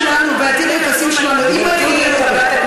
כשאתה מסכן את העתיד שלנו ועתיד היחסים שלנו עם האיחוד האירופי,